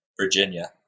virginia